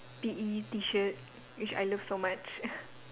P_E T-shirt which I love so much